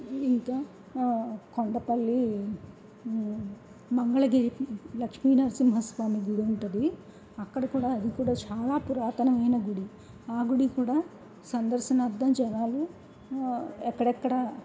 ఇంకా కొండపల్లి మంగళగిరి లక్ష్మీ నరసింహస్వామి గుడి ఉంటుంది అక్కడ కూడా అది కూడా చాలా పురాతనమైన గుడి ఆ గుడి కూడా సందర్శనార్థం జనాలు ఎక్కడెక్కడ